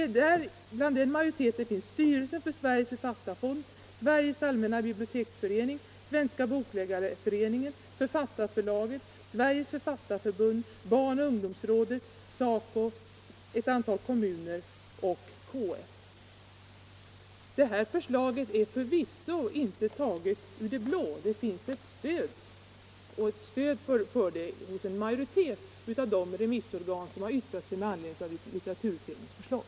Bland de remissinstanser som framhållit detta återfinns styrelsen för Sveriges författarfond, Sveriges allmänna biblioteksförening, Svenska bokförläggarföreningen Författarförlaget, Sveriges författarförbund, Barnoch ungdomsboksrådet, SACO, ett antal kom Vårt förslag är förvisso ingenting som svävar i det blå. Det finns stöd för det hos en majoritet av de remissorgan som har yttrat sig med anledning av litteraturutredningens förslag.